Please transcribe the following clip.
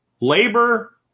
labor